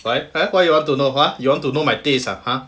why !huh! why you want to know !huh! you want to know my tastes lah !huh!